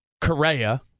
Correa